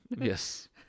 Yes